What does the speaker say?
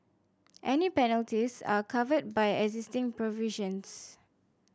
any penalties are covered by existing provisions